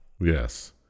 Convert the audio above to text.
Yes